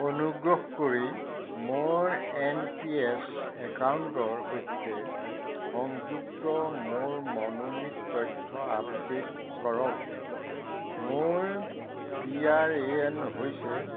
অনুগ্ৰহ কৰি মোৰ এন পি এছ একাউণ্টৰ সৈতে সংযুক্ত মোৰ মনোনীত তথ্য আপডেট কৰক মোৰ পি আৰ এ এন হৈছে